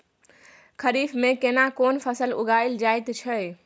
खरीफ में केना कोन फसल उगायल जायत छै?